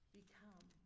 become